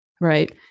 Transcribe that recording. Right